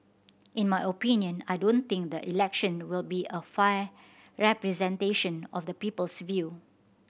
in my opinion I don't think the election will be a fair representation of the people's view